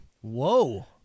Whoa